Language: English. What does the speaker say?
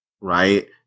Right